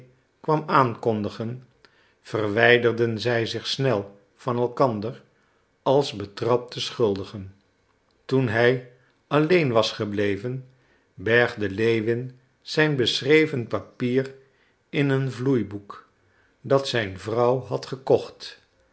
kwam aankondigen verwijderden zij zich snel van elkander als betrapte schuldigen toen hij alleen was gebleven bergde lewin zijn beschreven papier in een vloeiboek dat zijn vrouw had gekocht